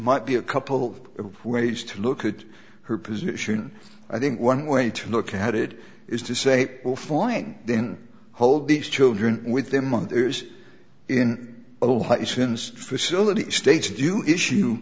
might be a couple of ways to look at her position i think one way to look at it is to say beforehand then hold these children with their mothers in ohio since facility states do issue